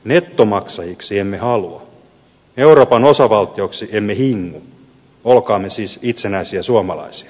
nettomaksajiksi emme halua euroopan osavaltioksi emme hingu olkaamme siis itsenäisiä suomalaisia